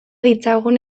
ditzagun